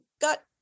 got